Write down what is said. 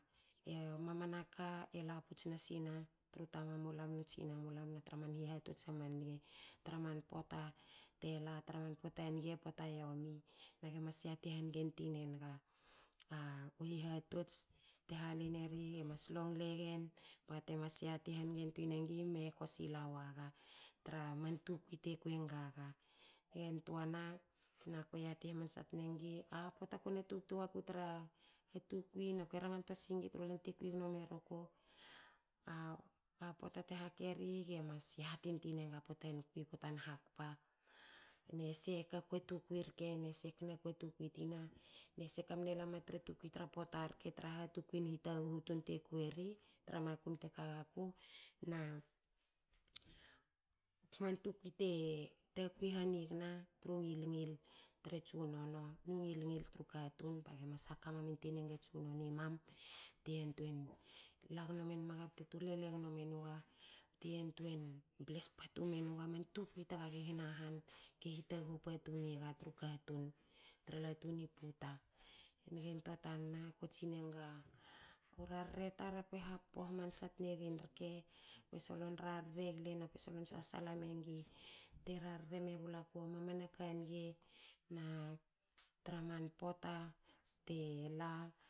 Mamana ka e laputs na sina tru tamulam nu tsina mula na tra man hihatots a man gne. Tra man pota te la. tra man pota nge pota omi. Na ge mas yati hange tinenga a u hihatots te halineri. gemas longle gen baga temas yati hange twinenga i me ko sila waga. Tra man tukui te kwengaga. Ngentuana ko yati hamansa tnengi. a pota kona tubtu wa ku tra a tukui. akue rangan tua singi tru len te kwi gno meruku. a pota te hakeri. gemas yati ntwin enga potan kwi na potan hakpa. Ne se ka kwi a tukwi rke ne se kna kwi a tukui tina ne se ka mne lama tra tukui tra pota rke tra ha tukuin hitaghu tun te kue ri tra makum te kagaku na tra man tukui te takui hanigna tru ngil ngil tre tsunono. mnu ngil ngil tru katun. Age mas hakamam in twinenga tsunono mam te yantuein la gno men maga bte tulele gno men nga. bte yantuein bless patu menuga man tukui tagaga i hina han ki hitaghu patu miga tru katun tra latu ni puta. Nge ntuana ako tsin enga. u rarre tar ako solon rarre gle happo hamansa tna ga rke. Ko solon rarre gle. ako salon sasala menga te rarre megaku mamana ka nge na tra man pota te